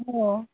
हो